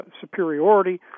superiority